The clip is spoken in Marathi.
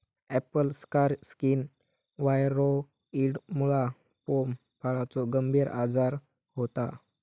ॲपल स्कार स्किन व्हायरॉइडमुळा पोम फळाचो गंभीर आजार होता